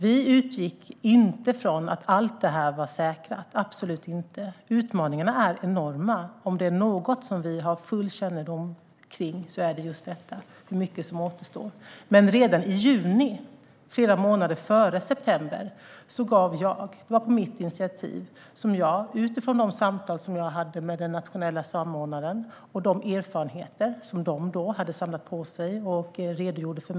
Vi utgick inte från att allt var säkrat - absolut inte. Utmaningarna är enorma. Om det är något som vi har full kännedom om är det just detta. Det är mycket som återstår. Redan i juni, flera månader före september, hade jag samtal med den nationella samordnaren om de erfarenheter som hon då hade samlat på sig och som hon redogjorde för.